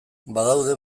badaude